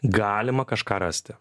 galima kažką rasti